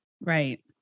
right